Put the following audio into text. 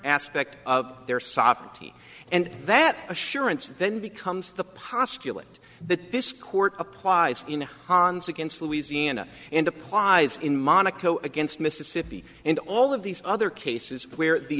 aspect of their sovereignty and that assurance then becomes the postulate that this court applies in hans against louisiana and applies in monaco against mississippi and all of these other cases where the